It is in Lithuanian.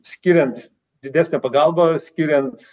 skiriant didesnę pagalbą skiriant